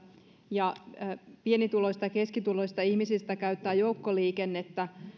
ja pieni tai keskituloista ihmisistä käyttää joukkoliikennettä